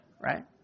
Right